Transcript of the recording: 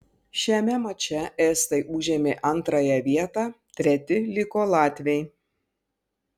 šiame mače estai užėmė antrąją vietą treti liko latviai